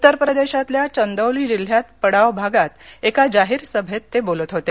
उत्तर प्रदेशातल्या चंदौली जिल्ह्यात पडाव भागात एका जाहीर सभेत ते बोलत होते